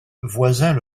voisins